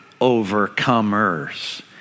overcomers